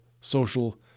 social